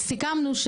סיכמנו,